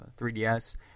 3DS